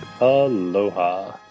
Aloha